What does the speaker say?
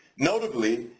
notably,